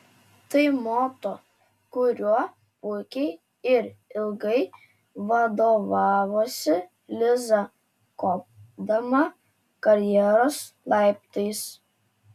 tai moto kuriuo puikiai ir ilgai vadovavosi liza kopdama karjeros laiptais